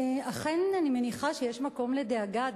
אכן אני מניחה שיש מקום לדאגה,